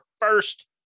first